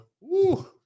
woo